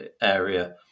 area